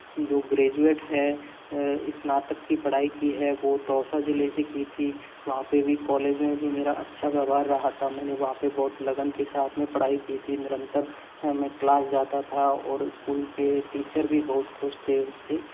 जो ग्रेजुएट है स्नातक की पढ़ाई की है वो दौसा ज़िले से की थी वहाँ पे भी कॉलेज में भी मेरा अच्छा व्यवहार रहा था मैंने वहाँ पे बहुत लगन के साथ में पढ़ाई की थी निरंतर मैं क्लास जाता था और स्कूल के टीचर भी बहुत खुश थे उससे